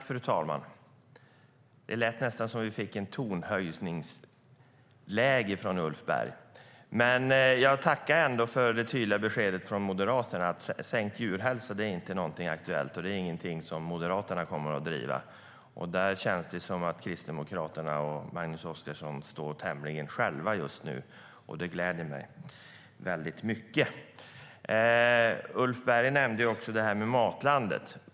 Fru talman! Det lät nästan som en höjning av Ulf Bergs tonläge. Jag tackar ändå för det tydliga beskedet från Moderaterna om att sänkt djurhälsa inte är aktuellt och inget som Moderaterna kommer att driva. Det känns som att Kristdemokraterna och Magnus Oscarsson står tämligen ensamma i detta just nu, och det gläder mig mycket. Ulf Berg nämnde Matlandet.